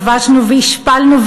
כבשנו והשפלנו,